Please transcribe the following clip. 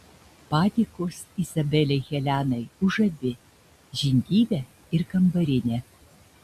padėkos izabelei helenai už abi žindyvę ir kambarinę